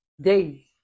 Days